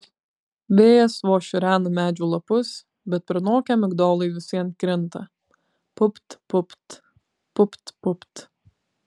vėjas vos šiurena medžių lapus bet prinokę migdolai vis vien krinta pupt pupt pupt pupt